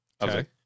okay